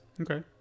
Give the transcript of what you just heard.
okay